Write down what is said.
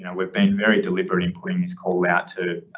and we've been very deliberate in putting this call out to,